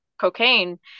cocaine